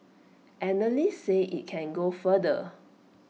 analysts say IT can go further